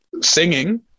singing